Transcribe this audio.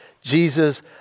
Jesus